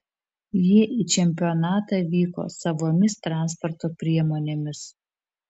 jie į čempionatą vyko savomis transporto priemonėmis